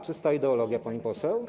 Czysta ideologia, pani poseł.